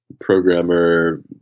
programmer